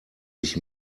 sich